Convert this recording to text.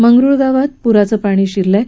मंगरुळ गावात प्राचे पाणी शिरले आहे